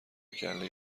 کله